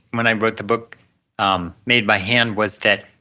when i wrote the book um made by hand was that,